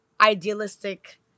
idealistic